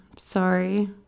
sorry